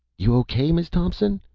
you o k, miz thompson?